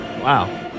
Wow